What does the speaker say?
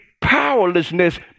powerlessness